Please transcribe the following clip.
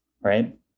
right